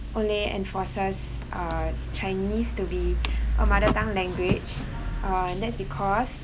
enforces uh chinese to be a mother tongue language uh that's because